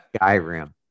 Skyrim